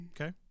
Okay